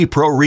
Pro